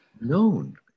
known